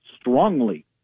strongly